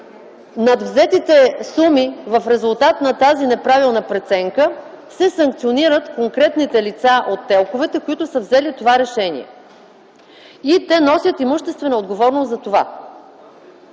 надвзетите суми, в резултат на тази неправилна преценка се санкционират конкретните лица от телковете, които са взели това решение, и те носят имуществена отговорност за това.